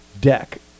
deck